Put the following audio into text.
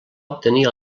obtenir